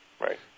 right